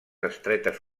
estretes